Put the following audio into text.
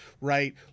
right